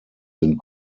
sind